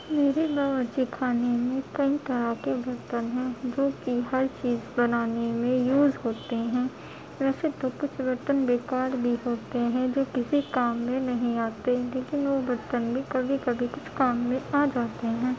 میرے باورچی خانے میں کئی طرح کے برتن ہیں جو کہ ہر چیز بنانے میں یوز ہوتے ہیں ویسے تو کچھ برتن بے کار بھی ہوتے ہیں جو کسی کام میں نہیں آتے لیکن وہ برتن بھی کبھی کبھی کچھ کام میں آ جاتے ہیں